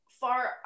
far